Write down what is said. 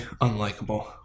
unlikable